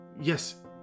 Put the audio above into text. Yes